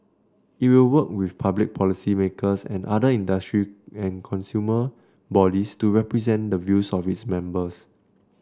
it will work with public policymakers and other industry and consumer bodies to represent the views of its members